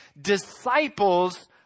disciples